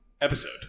episode